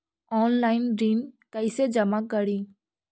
Online ऋण कैसे जमा करी?